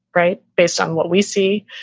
right? based on what we see.